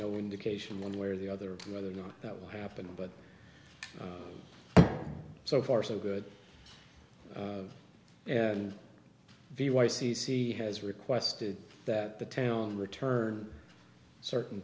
no indication one way or the other whether or not that will happen but so far so good and v y c c has requested that the town return certain